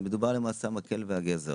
שמדובר למעשה על המקל והגזר.